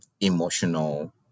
emotional